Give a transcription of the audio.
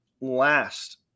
last